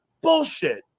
Bullshit